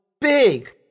big